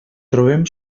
trobem